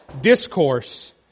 Discourse